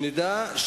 שנדע,